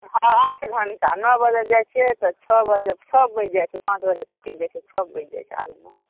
हँ आठ घण्टा नओ बजे जाइत छियै तऽ छओ बजे छओ बजि जाइत छै पाँच बजेके छुट्टी दै छै छओ बजि जाइत छै आबैमे